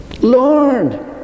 Lord